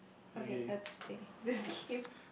okay let's play the game